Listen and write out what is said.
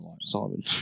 Simon